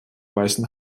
beißen